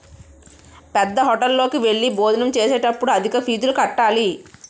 పేద్దహోటల్లోకి వెళ్లి భోజనం చేసేటప్పుడు అధిక ఫీజులు కట్టాలి